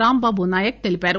రాంబాబు నాయక్ తెలిపారు